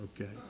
okay